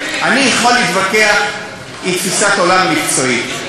אני יכול להתווכח עם תפיסת עולם מקצועית.